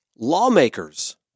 Lawmakers